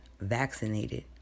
vaccinated